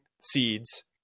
seeds